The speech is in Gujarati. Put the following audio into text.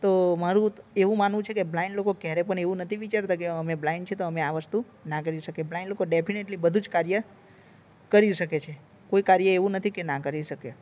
તો મારું એવું માનવું છે કે બ્લાઇન્ડ લોકો ક્યારે પણ એવું નથી વિચારતા કે અમે બ્લાઇન્ડ છીએ તો અમે આ વસ્તુ ના કરી શકીએ બ્લાઇન્ડ લોકો ડેફીનેટલી બધું જ કાર્ય કરી શકે છે કોઈ કાર્ય એવું નથી કે ના કરી શકે